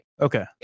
Okay